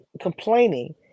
complaining